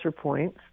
points